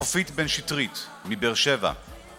חופית בן שטרית, מבאר שבע